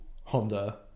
honda